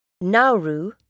Nauru